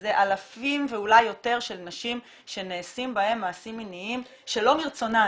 זה אלפים ואולי יותר של נשים שנעשים בהן מעשים מיניים שלא מרצונן.